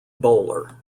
bowler